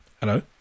Hello